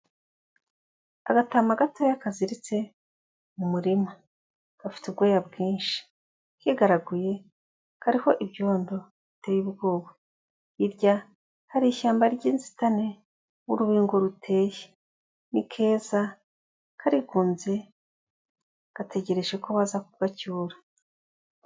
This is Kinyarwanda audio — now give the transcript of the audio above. Agatama gato kaziritse mu murima, gafite ubwoya bwinshi, kigaraguye kariho ibyondo biteye ubwoba; hirya hari ishyamba ry'inzitane, urubingo ruteye, ni keza karigunze gategereje ko baza ku kubacyura.